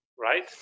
right